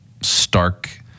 stark